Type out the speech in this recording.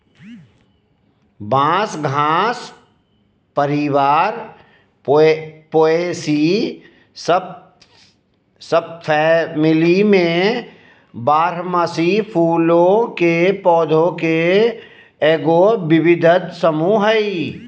बांस घास परिवार पोएसी सबफैमिली में बारहमासी फूलों के पौधा के एगो विविध समूह हइ